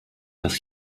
dass